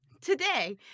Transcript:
Today